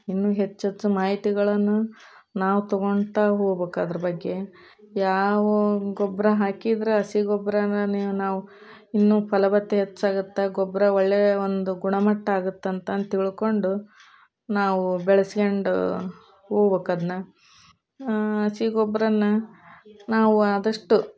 ಇನ್ನೂ ಹೆಚ್ಚೆಚ್ಚು ಮಾಹಿತಿಗಳನ್ನು ನಾವು ತಗೊತಾ ಹೋಗ್ಬಕು ಅದ್ರ ಬಗ್ಗೆ ಯಾವ ಗೊಬ್ಬರ ಹಾಕಿದ್ರೆ ಹಸಿ ಗೊಬ್ಬರನ ನೀವು ನಾವು ಇನ್ನೂ ಫಲವತ್ತೆ ಹೆಚ್ಚಾಗುತ್ತ ಗೊಬ್ಬರ ಒಳ್ಳೆಯ ಒಂದು ಗುಣಮಟ್ಟ ಆಗುತ್ತಂತ ಅಂತ ತಿಳ್ಕೊಂಡು ನಾವು ಬೆಳೆಸ್ಕೊಂಡು ಹೋಗ್ಬಕ್ ಅದನ್ನ ಹಸಿ ಗೊಬ್ಬರನ್ನ ನಾವು ಆದಷ್ಟು